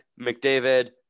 McDavid